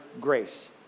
grace